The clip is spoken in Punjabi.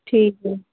ਠੀਕ ਹੈ